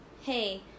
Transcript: hey